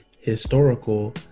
historical